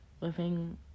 living